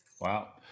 Wow